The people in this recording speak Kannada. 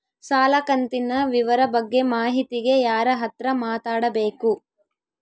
ಸಾಲ ಕಂತಿನ ವಿವರ ಬಗ್ಗೆ ಮಾಹಿತಿಗೆ ಯಾರ ಹತ್ರ ಮಾತಾಡಬೇಕು?